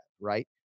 right